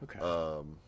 Okay